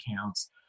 accounts